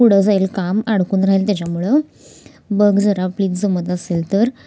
पुढं जाईल काम अडकून राहील त्याच्यामुळं बघ जरा प्लीज जमत असेल तर